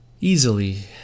easily